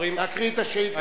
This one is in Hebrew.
תקריא את השאילתא.